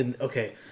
Okay